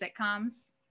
sitcoms